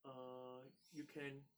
err you can